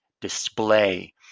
display